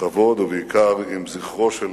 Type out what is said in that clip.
בכבוד וביקר עם זכרו של